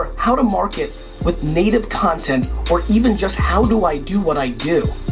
how to market with native content, or even just how do i do what i do?